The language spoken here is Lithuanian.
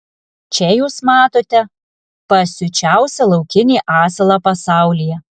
čia jūs matote pasiučiausią laukinį asilą pasaulyje